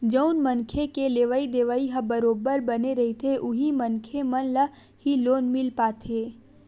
जउन मनखे के लेवइ देवइ ह बरोबर बने रहिथे उही मनखे मन ल ही लोन मिल पाथे